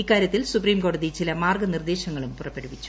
ഇക്കാരൃത്തിൽ സുപ്രീംകോടതി ചില മാർഗനിർദ്ദേശങ്ങളും പുറപ്പെടുവിച്ചു